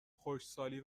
خشکسالی